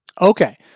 Okay